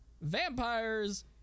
Vampires